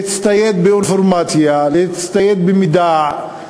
להצטייד באינפורמציה, להצטייד במידע,